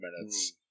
minutes